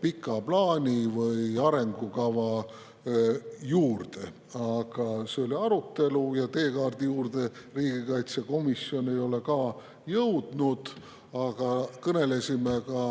pika plaani või arengukavani. Aga see oli arutelu ja teekaardi juurde riigikaitsekomisjon ei ole jõudnud. Kõnelesime ka